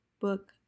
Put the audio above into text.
book